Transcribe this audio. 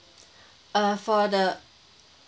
err for the